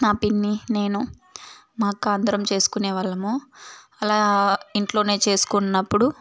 నా పిన్ని నేను మా అక్క అందరం చేసుకునే వాళ్ళము అలా ఇంట్లోనే చేసుకున్నప్పుడు